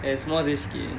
as much as K